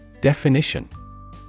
Definition